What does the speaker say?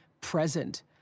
present